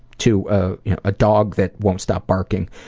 to ah a dog that won't stop barking.